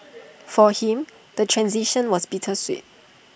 for him the transition was bittersweet